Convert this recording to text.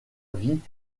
vie